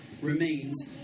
remains